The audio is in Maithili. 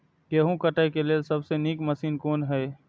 गेहूँ काटय के लेल सबसे नीक मशीन कोन हय?